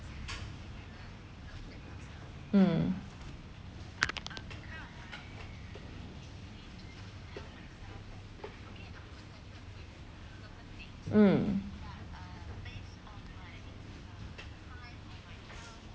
mm mm